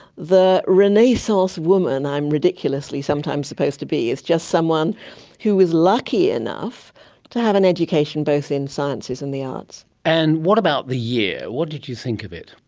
the renaissance woman i am ridiculously sometimes supposed to be, is just someone who is lucky enough to have an education both in sciences and the arts. and what about the year? what did you think of it?